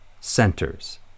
centers